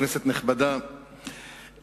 כנסת נכבדה,